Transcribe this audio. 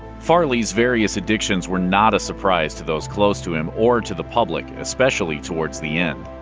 farley's various addictions were not a surprise to those close to him or to the public, especially towards the end.